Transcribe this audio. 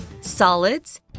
solids